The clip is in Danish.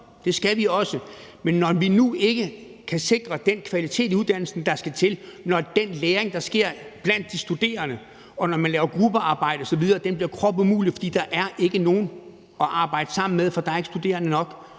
det skal vi også have. Men når vi nu ikke kan sikre den kvalitet i uddannelsen, der skal til; når den læring, der sker blandt de studerende, når man laver gruppearbejde osv., bliver kropumulig, fordi der ikke er nogen at arbejde sammen med, fordi der ikke er studerende nok,